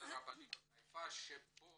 שבו